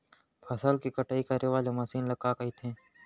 फसल की कटाई करे वाले मशीन ल का कइथे?